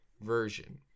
version